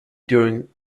during